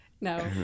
No